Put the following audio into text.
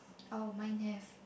oh mine have